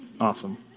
Awesome